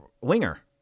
Winger